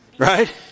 Right